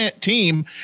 team